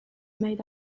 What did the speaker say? made